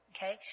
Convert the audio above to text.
Okay